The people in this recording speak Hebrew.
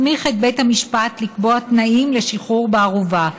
מסמיך את בית המשפט לקבוע תנאים לשחרור בערובה,